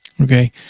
Okay